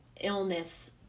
illness